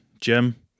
Jim